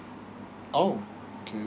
!ow! okay